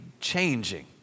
changing